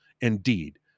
Indeed